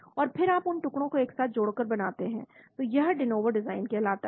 और फिर आप उन टुकड़ों को एक साथ जोड़कर बनाते हैं यह डे नोवो डिज़ाइन कहलाता है